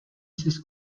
sis